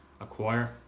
acquire